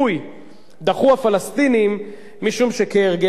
משום שכהרגלם שוב דבר לא מספק אותם,